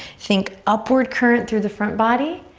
think upward current through the front body,